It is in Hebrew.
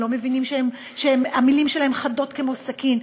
הם לא מבינים שהמילים שלהם חדות כמו סכין,